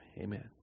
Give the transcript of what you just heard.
Amen